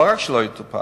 לא רק שלא ינותק,